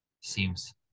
seems